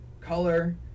color